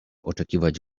oczekiwać